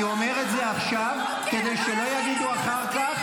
--- אני אומר את זה עכשיו כדי שלא יגידו אחר כך,